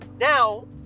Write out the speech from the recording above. Now